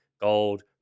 gold